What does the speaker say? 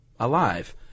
Alive